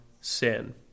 sin